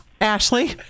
Ashley